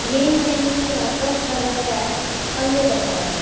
main menu में वापसि वञण लाइ पंज दॿायो